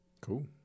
cool